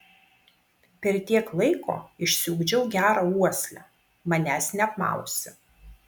per tiek laiko išsiugdžiau gerą uoslę manęs neapmausi